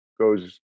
goes